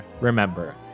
remember